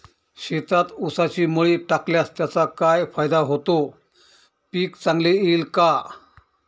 शेतात ऊसाची मळी टाकल्यास त्याचा काय फायदा होतो, पीक चांगले येईल का?